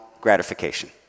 gratification